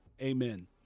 Amen